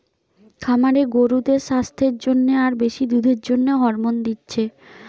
খামারে গরুদের সাস্থের জন্যে আর বেশি দুধের জন্যে হরমোন দিচ্ছে